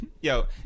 Yo